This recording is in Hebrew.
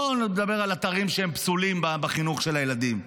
אני לא מדבר על אתרים שהם פסולים בחינוך של הילדים,